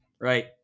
right